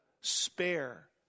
spare